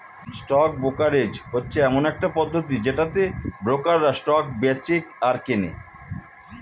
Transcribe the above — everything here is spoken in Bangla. স্টক ব্রোকারেজ হচ্ছে এমন একটা পদ্ধতি যেটাতে ব্রোকাররা স্টক বেঁচে আর কেনে